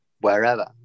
wherever